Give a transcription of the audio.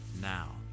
now